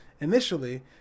initially